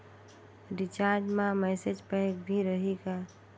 Recharge मा message pack भी रही का?